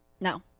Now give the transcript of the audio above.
No